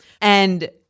and-